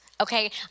Okay